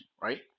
right